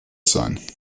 stolz